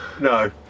No